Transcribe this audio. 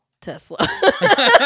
Tesla